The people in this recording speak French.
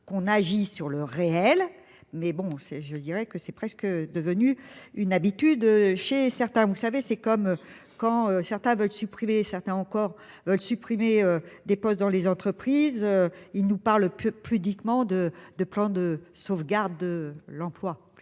qu'on agit sur le réel mais bon c'est, je dirais que c'est presque devenu une habitude chez certains. Vous savez, c'est comme quand certains veulent supprimer certains encore veulent supprimer des postes dans les entreprises. Ils nous parlent peu pudiquement de de plan de sauvegarde de l'emploi